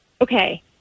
Okay